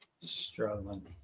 struggling